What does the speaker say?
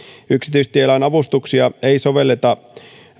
yksityistielain avustuksia ei sovelleta